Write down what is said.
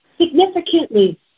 significantly